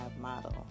model